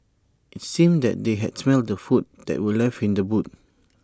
IT seemed that they had smelt the food that were left in the boot